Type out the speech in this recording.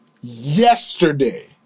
yesterday